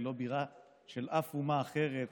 היא לא בירה של אף אומה אחרת,